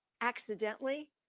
accidentally